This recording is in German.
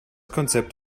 konzept